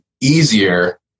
easier